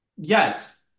Yes